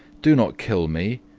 do not kill me,